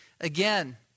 again